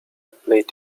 played